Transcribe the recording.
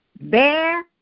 Bear